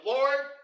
Lord